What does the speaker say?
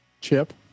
Chip